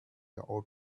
out